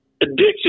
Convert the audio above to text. addiction